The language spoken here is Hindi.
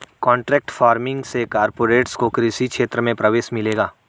कॉन्ट्रैक्ट फार्मिंग से कॉरपोरेट्स को कृषि क्षेत्र में प्रवेश मिलेगा